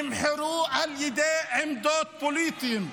נבחרו על פי עמדות פוליטיות,